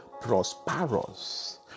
prosperous